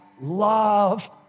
love